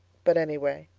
but anyway,